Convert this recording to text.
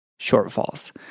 shortfalls